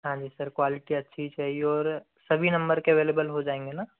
हाँ जी sir quality अच्छी ही चाहिए और सभी नंबर के अवेलेबल हो जाएंगे ना